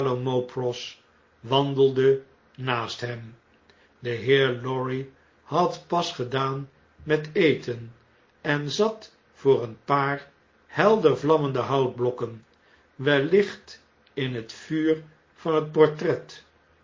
wandelde naast hem de heer lorry had pas gedaan met eten en zat voor een paar helder vlammende houtblokken wellicht in het vuur het portret